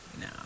No